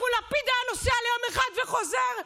לפיד היה נוסע ליום אחד וחוזר,